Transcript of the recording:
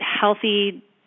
healthy